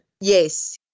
Yes